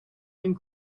and